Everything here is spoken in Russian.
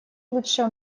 лучше